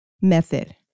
method